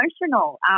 emotional